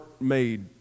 made